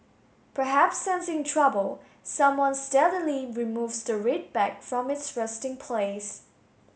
perhaps sensing trouble someone stealthily removes the red bag from its resting place